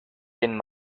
den